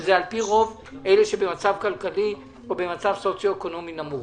שזה על פי רוב אלה שבמצב כלכלי או במצב סוציו אקונומי נמוך.